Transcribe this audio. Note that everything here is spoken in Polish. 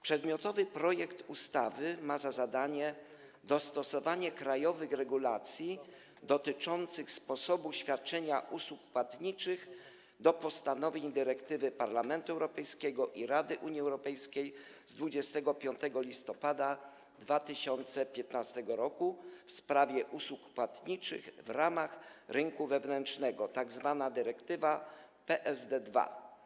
Przedmiotowy projekt ustawy ma za zadanie dostosować krajowe regulacje dotyczące sposobu świadczenia usług płatniczych do postanowień dyrektywy Parlamentu Europejskiego i Rady Unii Europejskiej z 25 listopada 2015 r. w sprawie usług płatniczych w ramach rynku wewnętrznego, tzw. dyrektywy PSD 2.